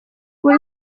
buri